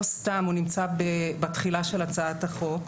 לא סתם הוא נמצא בתחילה של הצעת החוק.